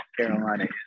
Carolina